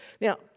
Now